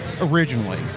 originally